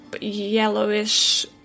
yellowish